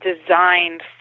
designed